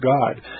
God